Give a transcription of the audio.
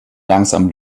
langsam